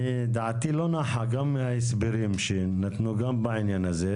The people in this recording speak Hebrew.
דעתי לא נוחה גם מההסברים שהם נתנו בעניין הזה,